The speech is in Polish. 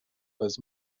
bez